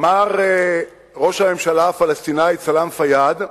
אמר ראש הממשלה הפלסטיני סלאם פיאד,